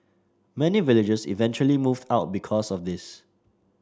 many villagers eventually moved out because of this